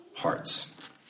hearts